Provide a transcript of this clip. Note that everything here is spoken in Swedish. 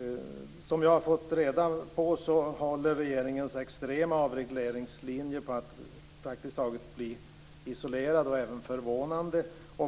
Enligt vad jag har fått reda på håller regeringens extrema avregleringslinje på att bli praktiskt taget isolerad. Det här är förvånande.